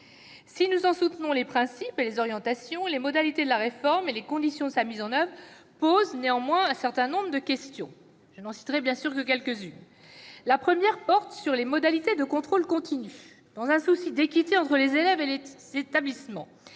Si nous en soutenons les principes et les orientations, les modalités de la réforme et les conditions de sa mise en oeuvre posent néanmoins un certain nombre de questions- je n'en citerai que quelques-unes. La première porte sur les modalités du contrôle continu. Dans un souci d'équité entre les élèves et les établissements,